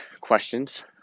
questions